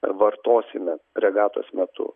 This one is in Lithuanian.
vartosime regatos metu